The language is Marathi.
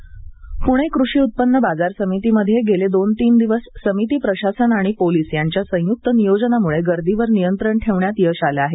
बाजार समिती पुणे कृषी उत्पन्न बाजार समितीमध्ये गेले दोन तीन दिवस समिती प्रशासन आणि पोलीस यांच्या संयुक्त नियोजनामुळे गर्दीवर नियंत्रण ठेवण्यात यश आले आहे